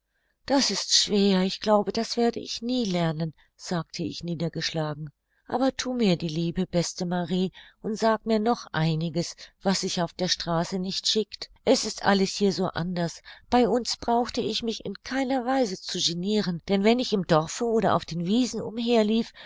das ist schwer ich glaube das werde ich nie lernen sagte ich niedergeschlagen aber thu mir die liebe beste marie und sag mir noch einiges was sich auf der straße nicht schickt es ist alles hier so anders bei uns brauchte ich mich in keiner weise zu geniren denn wenn ich im dorfe oder auf den wiesen umher lief